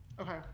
Okay